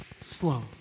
slow